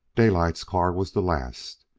daylight's car was the last,